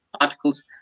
articles